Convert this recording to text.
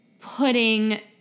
putting